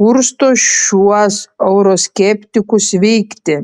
kursto šiuos euroskeptikus veikti